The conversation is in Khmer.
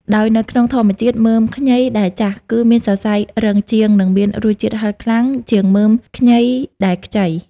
ដោយនៅក្នុងធម្មជាតិ មើមខ្ញីដែលចាស់ គឺមានសរសៃរឹងជាង និងមានរសជាតិហឹរខ្លាំងជាងមើមខ្ញីដែលខ្ចី។